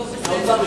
טוב, בסדר.